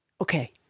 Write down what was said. Okay